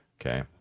Okay